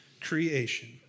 Creation